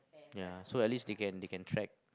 ya so at least they can they can track